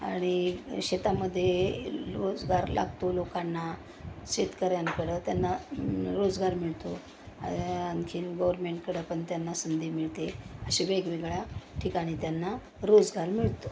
आणि शेतामध्ये इ रोजगार लागतो लोकांना शेतकऱ्यांकडं त्यांना रोजगार मिळतो आ आणखीन गोरमेंटकडं पण त्यांना संधी मिळते असे वेगवेगळ्या ठिकाणी त्यांना रोजगार मिळतो